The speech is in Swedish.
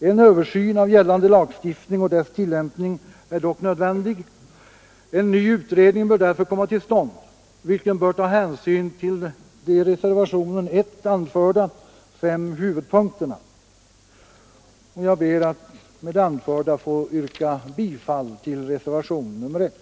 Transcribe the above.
En översyn av gällande lagstiftning och dess tillämpning är dock nödvändig. En ny utredning bör därför komma till stånd, vilken bör ta hänsyn till de i reservationen 1 anförda fem huvudpunkterna. Med det anförda ber jag att få yrka bifall till reservationen 1.